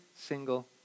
single